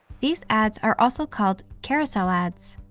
these ads are also called carousel ads.